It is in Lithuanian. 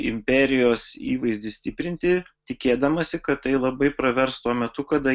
imperijos įvaizdį stiprinti tikėdamasi kad tai labai pravers tuo metu kada